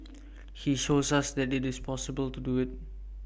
he shows us that IT is possible to do IT